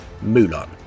Mulan